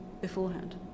beforehand